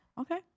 okay